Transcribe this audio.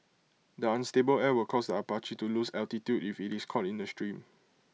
the unstable air will cause the Apache to lose altitude if IT is caught in the stream